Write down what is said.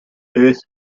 earth